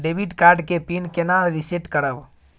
Debit card के pin केना reset करब?